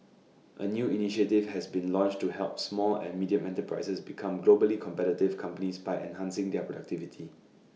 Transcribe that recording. A new initiative has been launched to help small and medium enterprises become globally competitive companies by enhancing their productivity